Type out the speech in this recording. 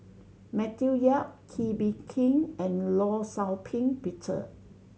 Matthew Yap Kee Bee Khim and Law Shau Ping Peter